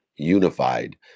unified